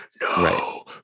No